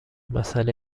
مسئله